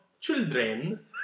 children